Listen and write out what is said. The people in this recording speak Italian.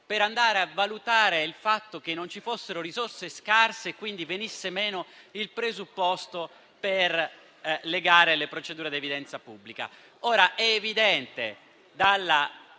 per valutare il fatto che non ci fossero risorse scarse e quindi venisse meno il presupposto per le gare e le procedure di evidenza pubblica.